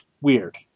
weird